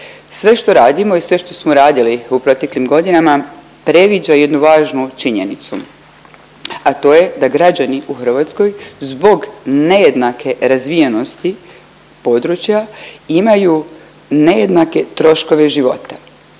Sve što radimo i sve što smo radili u proteklim godinama, previđa jednu važnu činjenicu, a to je da građani u Hrvatskoj zbog nejednake razvijenosti područja imaju nejednake troškove života.